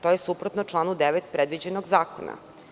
To je suprotno članu 9. predviđenog zakona.